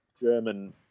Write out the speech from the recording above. German